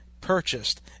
purchased